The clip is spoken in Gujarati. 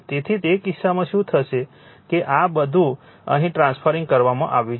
તેથી તે કિસ્સામાં શું થશે કે આ બધું અહીં ટ્રાન્સફરરિંગ કરવામાં આવ્યું છે